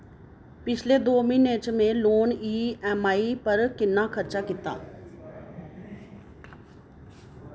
पिछले दो म्हीने च में लोन ई एम आई पर कि'न्ना खर्चा कीता